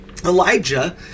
Elijah